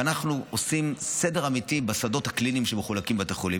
ואנחנו עושים סדר אמיתי בשדות הקליניים שמחולקים בבתי החולים.